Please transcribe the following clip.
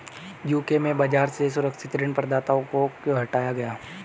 UK में बाजार से सुरक्षित ऋण प्रदाताओं को क्यों हटाया गया?